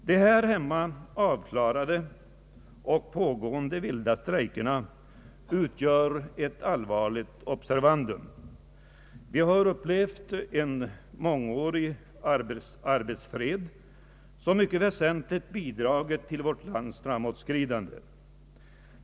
De här hemma avklarade och pågående vilda strejkerna utgör ett allvarligt observandum. Vi har upplevt en mångårig arbetsfred som mycket väsentligt bidragit till vårt lands framåtskridande.